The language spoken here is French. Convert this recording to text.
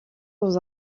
dans